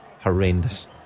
Horrendous